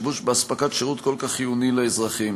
לשיבוש באספקת שירות כל כך חיוני לאזרחים.